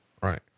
Right